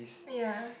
uh ya